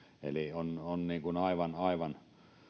eli on on niin kuin aivan aivan